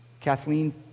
Kathleen